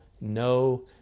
no